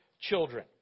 children